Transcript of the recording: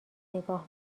نگاه